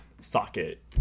socket